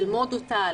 ללמוד אותה,